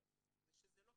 זה,